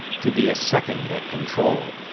to be a second at control,